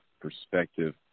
perspective